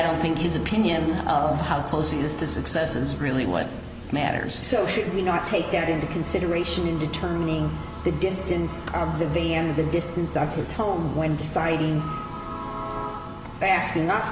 don't think his opinion of how close he used to success is really what matters so should we not take that into consideration in determining the distance of the baby and the distance of his home when starting fast enough